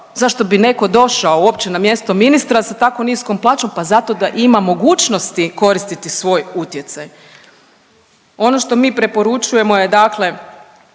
zašto bi netko uopće došao na mjesto ministra sa tako niskom plaćom, pa zato da ima mogućnosti koristiti svoj utjecaj. Ono što mi preporučujemo je dakle